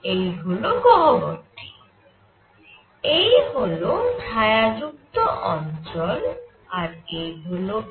এই হল গহ্বরটি এই হল ছায়া যুক্ত অঞ্চল আর এই হল a